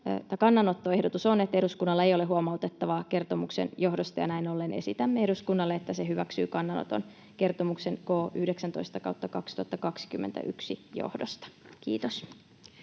kannanottoehdotus on, että eduskunnalla ei ole huomautettavaa kertomuksen johdosta, ja näin ollen esitämme eduskunnalle, että se hyväksyy kannanoton kertomuksen K 19/2021 johdosta. — Kiitos.